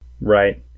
Right